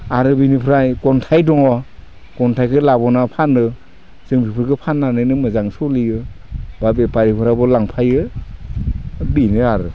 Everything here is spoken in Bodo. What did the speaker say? आरो बेनिफ्राय अन्थाइ दङ अन्थाइखो लाबोना फानो जों बेफोरखौ फाननानैनो मोजां सोलियो बा बेपारिफोराबो लांफायो बिनो आरो